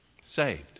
Saved